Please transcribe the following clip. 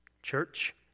church